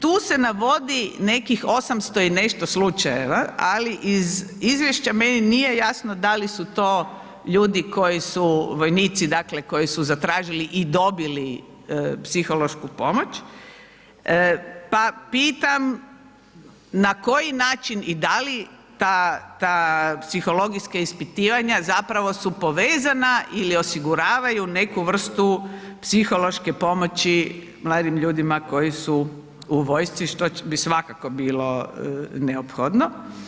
Tu se navodi nekih 800 i nešto slučajeva ali iz izvješća meni nije jasno da li su to ljudi koji su vojnici dakle koji su zatražili i dobili psihološku pomoć pa pitam na koji način i da li ta psihologijska ispitivanja zapravo su povezana ili osiguravaju neku vrstu psihološke pomoći mladim ljudima koji su u vojsci što bi svakako bilo neophodno.